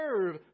serve